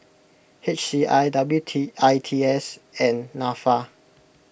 H C I W I T S and Nafa